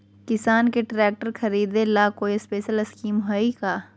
किसान के ट्रैक्टर खरीदे ला कोई स्पेशल स्कीमो हइ का?